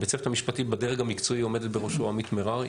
בדרג המקצועי עומדת בראשו עמית מררי,